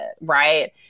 right